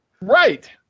Right